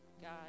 God